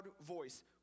voice